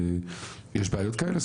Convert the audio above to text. יש בעיות כאלה?